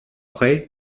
après